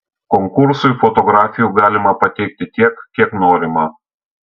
konkursui fotografijų galima pateikti tiek kiek norima